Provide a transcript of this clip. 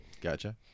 Gotcha